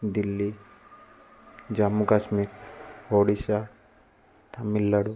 Delhi Jammu Kashmir Odisha Tamil Nadu